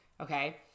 Okay